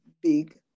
big